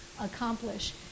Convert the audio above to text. accomplish